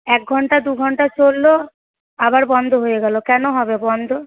এক ঘণ্টা দু ঘণ্টা চলল আবার বন্ধ হয়ে গেল কেন হবে বন্ধ